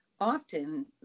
Often